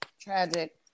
Tragic